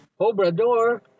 Obrador